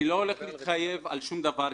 אני לא הולך להתחייב על שום דבר,